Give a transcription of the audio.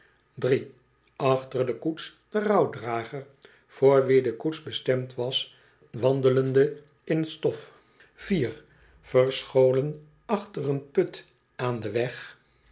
achter de koets den rouwdrager voor wien de koets bestemd was wandelende in t stof vier verscholen achter een put aan den weg